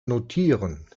notieren